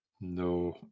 No